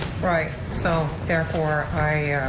alright, so, therefore i,